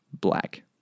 black